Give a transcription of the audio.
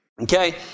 Okay